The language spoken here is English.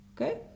Okay